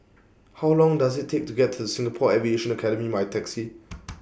How Long Does IT Take to get to Singapore Aviation Academy By Taxi